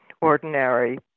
ordinary